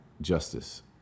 justice